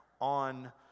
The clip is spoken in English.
on